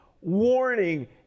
warning